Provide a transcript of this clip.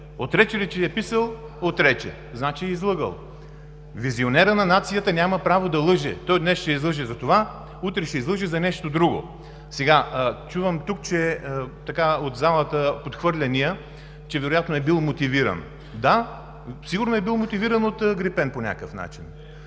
Отрече ли, че е писал? Отрече! Значи е излъгал. Визионерът на нацията няма право да лъже. Той днес ще излъже за това, утре ще излъже за нещо друго. Чувам подхвърляния от залата, че вероятно е бил мотивиран. Да, сигурно е бил мотивиран от „Грипен“ по някакъв начин.